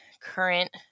current